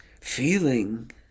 feeling